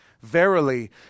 verily